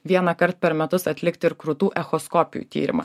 vienąkart per metus atlikti ir krūtų echoskopinį tyrimą